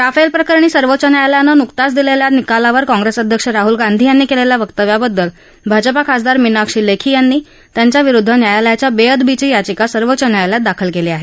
Rafale प्रकरणी सर्वोच्च न्यायालयानं नुकत्याच दिलेल्या निकालावर काँग्रेसअध्यक्ष राहुल गांधी यांनी केलेल्या वक्त्व्याबद्दल भाजपा खासदार मिनाक्षी लेखी यांनी त्यांच्या विरुद्ध न्यायालयाच्या बेअदबीची याचिका सर्वोच्च न्यायालयात दाखल केली आहे